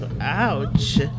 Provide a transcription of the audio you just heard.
Ouch